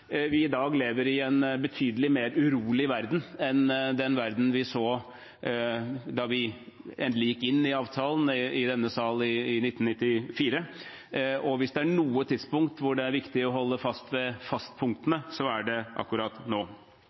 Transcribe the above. vi i dag lever i en betydelig mer urolig verden enn den verdenen vi så da vi i denne sal, i 1994, endelig inngikk avtalen. Og hvis det er noe tidspunkt da det er viktig å holde fast ved fastpunktene, er det akkurat nå.